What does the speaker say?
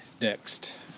next